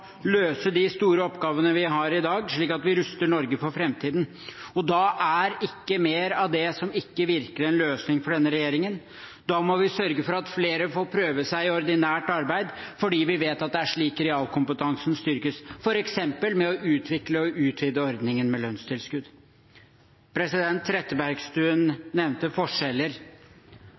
løse de store oppgavene vi har i dag, slik at vi ruster Norge for framtiden. Da er ikke mer av det som ikke virker, en løsning for denne regjeringen. Vi må sørge for at flere får prøve seg i ordinært arbeid, fordi vi vet at det er slik realkompetansen styrkes, f.eks. ved å utvikle og utvide ordningen med lønnstilskudd. Representanten Trettebergstuen nevnte forskjeller